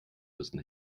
müssen